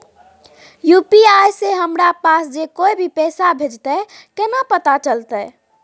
UPI से हमरा पास जे कोय भी पैसा भेजतय केना पता चलते?